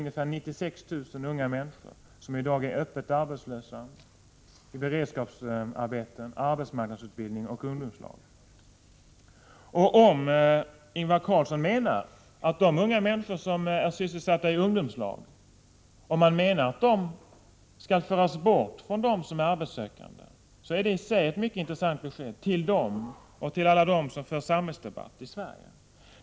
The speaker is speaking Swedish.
Ungefär 96 000 unga människor är ju i dag öppet arbetslösa eller är sysselsatta genom beredskapsarbete, arbetsmarknadsutbildning och ungdomslag. Om Ingvar Carlsson menar att de unga människor som är sysselsatta i ungdomslag skall föras bort från gruppen arbetssökande, är det i sig ett mycket intressant besked både till dessa unga människor och till alla dem som för en samhällsdebatt i Sverige.